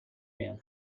میان